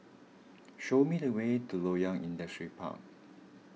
show me the way to Loyang Industrial Park